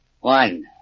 One